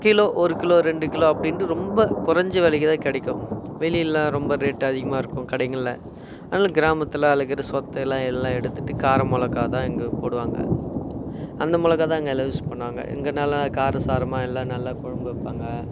kilo ஒரு kilo ரெண்டு kilo அப்படின்ட்டு ரொம்ப குறைஞ்ச விலைக்குதான் கிடைக்கும் வெளியிலெலாம் ரொம்ப ரேட் அதிகமாக இருக்கும் கடைங்கள்ல அதனால் கிராமத்தில் அதில் இருக்கிற சொத்தையெலாம் எல்லாம் எடுத்துகிட்டு கார மிளகாதான் இங்கே போடுவாங்க அந்த மிளகாதான் இங்கே எல்லாம் யூஸ் பண்ணுவாங்க இங்கே நல்லா காரசாரமாக எல்லாம் நல்லா குழம்பு வைப்பாங்க